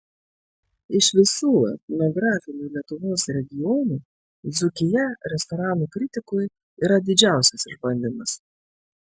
iš visų etnografinių lietuvos regionų dzūkija restoranų kritikui yra didžiausias išbandymas